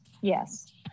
Yes